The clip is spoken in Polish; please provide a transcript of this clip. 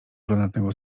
brunatnego